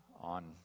on